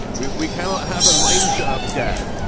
yeah, we we can have a mineshaft gap